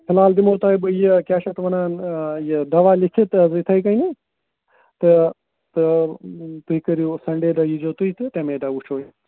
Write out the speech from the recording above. فلحال دِمو تۄہہِ بہٕ یہِ کیٛاہ چھِ اَتھ وَنان یہِ دَوا لیٚکھِتھ یِتھٕے کٔنی تہٕ تہٕ تُہۍ کٔرِو سَنٛڈے دۄہ ییٖزیٚو تُہۍ تہٕ تَمے دۄہ وُچھو